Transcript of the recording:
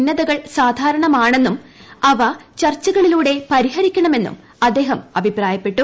ഭിന്നതകൾ സാധാരണമാണ്ണെന്നും അവ ചർച്ചകളിലൂടെപരിഹരിക്കണമെന്നുംഅദ്ദേഷ്ട്അഭിപ്രായപ്പെട്ടു